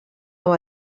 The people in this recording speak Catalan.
amb